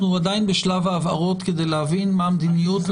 אנחנו עדיין בשלב ההבהרות כדי להבין מה המדיניות.